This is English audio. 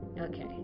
Okay